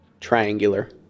triangular